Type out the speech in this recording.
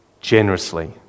generously